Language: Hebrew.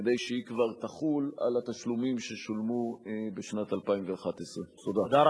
כדי שהיא כבר תחול על התשלומים ששולמו בשנת 2011. תודה.